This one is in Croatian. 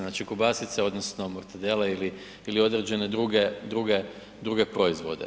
Znači kobasice odnosno mortadele ili određene druge proizvode.